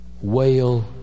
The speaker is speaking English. whale